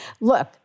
Look